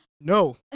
No